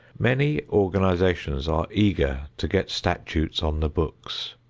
many organizations are eager to get statutes on the books.